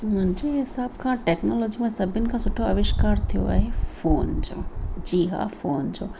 मुंहिंजे हिसाब खां टेक्नोलॉजी में सभिनि खां सुठो अविष्कार थियो आहे फ़ोन जो जी हां फ़ोन जो